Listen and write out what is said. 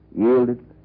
yielded